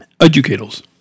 Educators